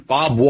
Bob